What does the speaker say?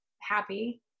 happy